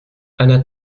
anna